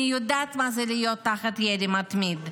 אני יודעת מה זה להיות תחת ירי מתמיד,